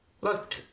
Look